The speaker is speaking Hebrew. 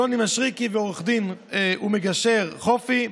יוני משריקי ועורך הדין והמגשר חופי,